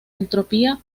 entropía